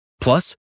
Plus